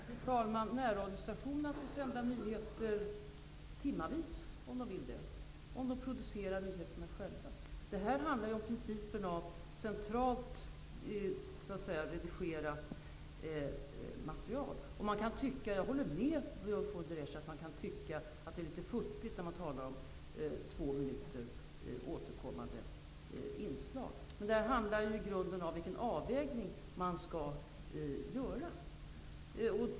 Fru talman! Närradiostationerna får sända nyheter under timmavis, om de vill det, om de producerar nyheterna själva. Det här handlar om principen om centralt redigerat material. Man kan tycka att det är litet futtigt när man talar om två minuter återkommande inslag. Jag håller med Björn von der Esch om det. Men det handlar i grunden om vilken avvägning man skall göra.